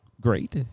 Great